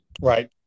Right